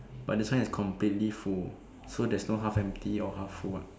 but this one is completely full so there's no half empty or half full what